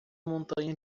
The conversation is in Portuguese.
montanha